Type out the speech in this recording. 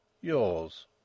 Yours